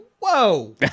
whoa